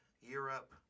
Europe